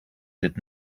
did